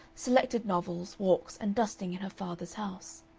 selected novels, walks, and dusting in her father's house.